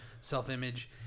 self-image